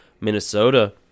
Minnesota